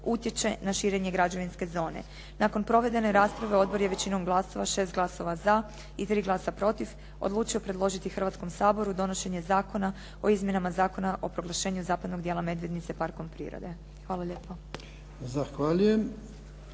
utječe na širenje građevinske zone. Nakon provedene rasprave odbor je većinom glasova sa 6 glasova za i 3 glasa protiv odlučio predložiti Hrvatskom saboru donošenje Zakona o izmjenama Zakona o proglašenju zapadnog dijela Medvednice parkom prirode. Hvala lijepo.